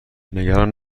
نگران